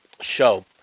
show